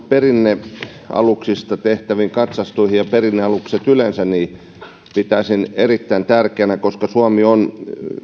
perinnealuksista tehtäviä katsastuksia ja perinnealuksia yleensä pitäisin erittäin tärkeinä koska suomi on